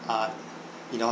uh in your